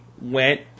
went